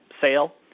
sale